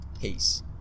Peace